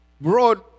broad